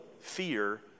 fear